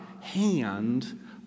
hand